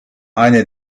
eine